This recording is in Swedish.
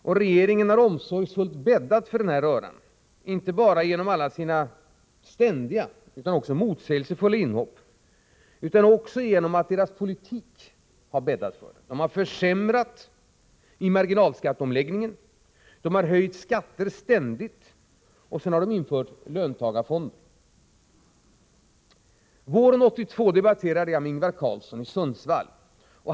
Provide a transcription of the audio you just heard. Och regeringen har omsorgsfullt bäddat för denna röra, inte bara genom sina ständiga och motsägelsefulla inhopp, utan också genom den politik man fört med försämringar i marginalskatteomläggningen, ständiga skattehöjningar och införande av löntagarfonder. Våren 1982 debatterade jag med Ingvar Carlsson i Sundsvall.